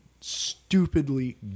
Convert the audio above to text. stupidly